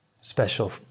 special